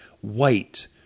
white